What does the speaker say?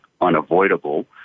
unavoidable